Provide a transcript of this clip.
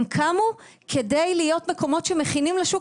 הם קמו כדי להיות מקומות שמכינים לשוק